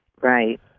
Right